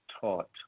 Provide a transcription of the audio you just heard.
taught